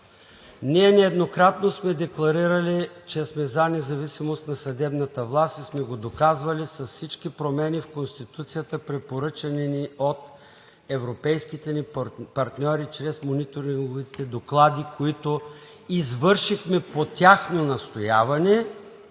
Ние нееднократно сме декларирали, че сме за независимост на съдебната власт и сме го доказвали с всички промени в Конституцията, препоръчани ни от европейските ни партньори чрез мониторинговите доклади, които извършихме по тяхно настояване